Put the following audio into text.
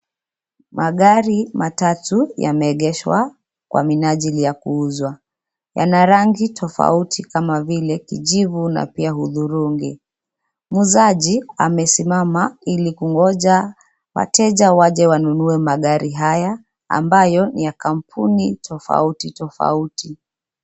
Magari matatu yameegeshwa kwa minajili ya kuuzwa. Yana rangi tofauti kama vile, kijivu na pia hudhurungi. Muuzaji amesimama ili kungoja wateja waje wanunue magari haya, ambayo ni ya kampuni tofauti tofauti.